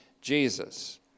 Jesus